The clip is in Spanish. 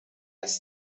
las